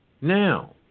Now